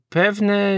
pewne